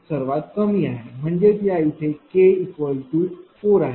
81825 हे सर्वात कमी आहे म्हणजेच या इथे k4 आहे